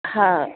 हा